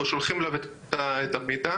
אנחנו שולחים לו את המידע.